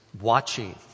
watching